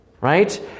right